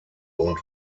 und